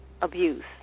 abuse